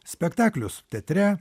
spektaklius teatre